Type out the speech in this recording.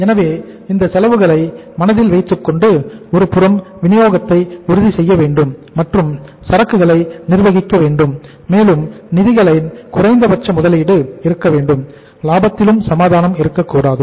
எனவே இந்த செலவுகளை மனதில் வைத்துக்கொண்டு ஒருபுறம் விநியோகத்தை உறுதி செய்ய வேண்டும் மற்றும் சரக்குகளை நிர்வகிக்க வேண்டும் மேலும் நிதிகளின் குறைந்தபட்ச முதலீடு இருக்க வேண்டும் லாபத்திலும் சமாதானம் இருக்கக்கூடாது